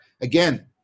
again